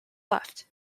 left